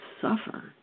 suffer